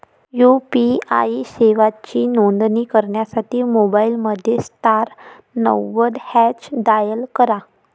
UPI सेवांची नोंदणी करण्यासाठी मोबाईलमध्ये स्टार नव्वद हॅच डायल करा